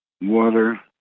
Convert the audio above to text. water